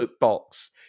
box